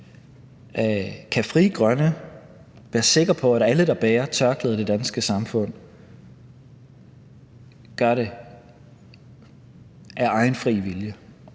Kan Frie Grønne være sikre på, at alle, der bærer tørklæde i det danske samfund, gør det af egen fri vilje,